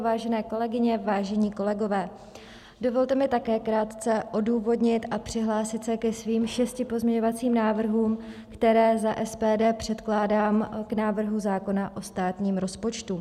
Vážené kolegyně, vážení kolegové, dovolte mi také krátce odůvodnit a přihlásit ke svým šesti pozměňovacím návrhům, které za SPD předkládám k návrhu zákona o státním rozpočtu.